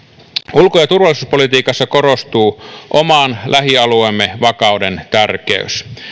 ulko ja turvallisuuspolitiikassa korostuu oman lähialueemme vakauden tärkeys